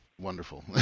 wonderful